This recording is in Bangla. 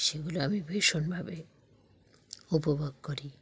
সেগুলো আমি ভীষণভাবে উপভোগ করি